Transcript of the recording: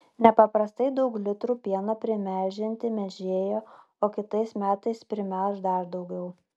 nepaprastai daug litrų pieno primelžianti melžėja o kitais metais primelš dar daugiau